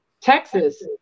Texas